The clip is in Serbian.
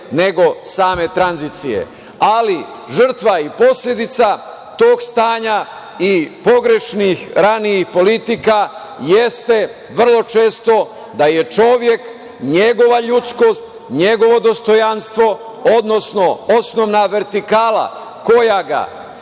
nego same tranzicije, ali žrtva i posledica tog stanja i pogrešnih, ranijih politika jeste vrlo često da je čovek, njegova ljudskost, njegovo dostajnostvo, odnosno osnovna vertikala koja ga